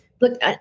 Look